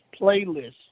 Playlist